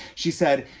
she said.